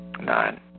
Nine